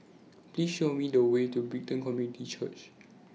Please Show Me The Way to Brighton Community Church